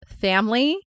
family